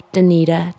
Danita